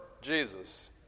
Jesus